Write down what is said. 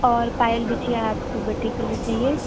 और पायल बिछिया आपको बेटी के लिए चाहिए